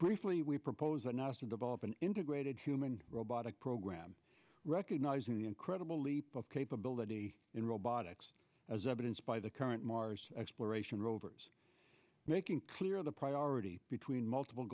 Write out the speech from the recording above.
briefly we propose that nasa develop an integrated human robotic program recognizing the incredible leap of capability in robotics as evidenced by the current mars exploration rovers making clear the priority between multiple